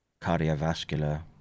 cardiovascular